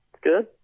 good